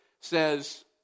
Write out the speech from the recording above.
says